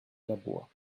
labor